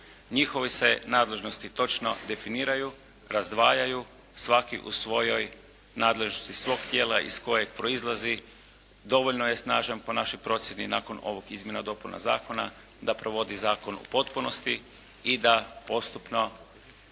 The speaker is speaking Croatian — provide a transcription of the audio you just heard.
njihove se nadležnosti točno definiraju, razdvajaju, svaki u svojoj nadležnosti svog tijela iz kojeg proizlazi, dovoljno je snažan po našoj procjeni i nakon ovoga Izmjena i dopuna zakona da provodi zakon u potpunosti i da postupno